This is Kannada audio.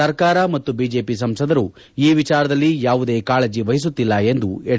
ಸರ್ಕಾರ ಮತ್ತು ಬಿಜೆಪಿ ಸಂಸದರು ಈ ವಿಚಾರದಲ್ಲಿ ಯಾವುದೇ ಕಾಳಜಿ ವಹಿಸುತ್ತಿಲ್ಲ ಎಂದು ಎಚ್